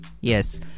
yes